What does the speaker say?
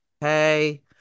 hey